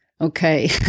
Okay